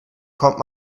kommt